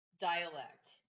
dialect